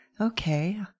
Okay